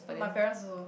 my parents also